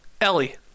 Ellie